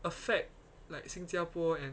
affect like 新加坡 and